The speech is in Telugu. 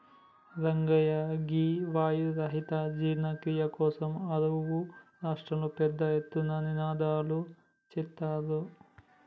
రంగయ్య గీ వాయు రహిత జీర్ణ క్రియ కోసం అరువు రాష్ట్రంలో పెద్ద ఎత్తున నినాదలు సేత్తుర్రు